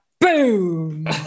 boom